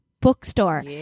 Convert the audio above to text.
bookstore